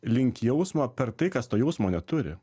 link jausmo per tai kas to jausmo neturi